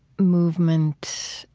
movement,